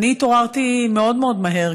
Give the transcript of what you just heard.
אני התעוררתי מאוד מאוד מהר,